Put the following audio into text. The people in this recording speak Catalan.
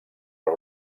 per